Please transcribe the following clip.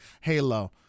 Halo